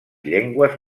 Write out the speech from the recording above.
llengües